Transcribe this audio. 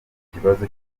ikibazo